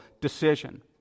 decision